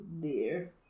dear